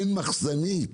אין מחסנית.